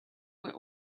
were